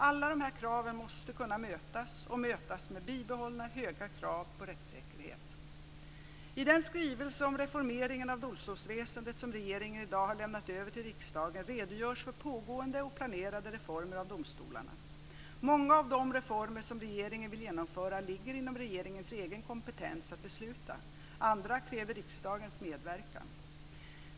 Alla de kraven måste kunna mötas, och mötas med bibehållna höga krav på rättssäkerhet. I den skrivelse om reformering av domstolsväsendet som regeringen i dag har lämnat över till riksdagen redogörs för pågående och planerade reformer av domstolarna. Många av de reformer som regeringen vill genomföra ligger inom regeringens egen kompetens att besluta, andra kräver riksdagens medverkan.